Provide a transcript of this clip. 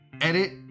Edit